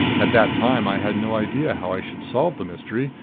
at that time i had no idea how i should solve the mystery.